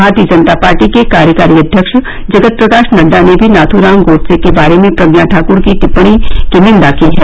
भारतीय जनता पार्टी के कार्यकारी अध्यक्ष जगत प्रकाश नड्डा ने भी नाथूराम गोड़से के बारे में प्रज्ञा ठाकुर की टिप्पणी की निंदा की है